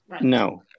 no